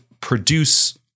produce